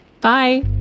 Bye